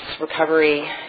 recovery